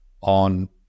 on